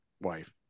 wife